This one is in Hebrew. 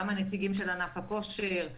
גם נציגי ענף הכושר,